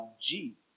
Jesus